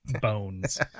bones